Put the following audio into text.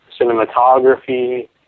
Cinematography